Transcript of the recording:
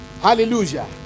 Hallelujah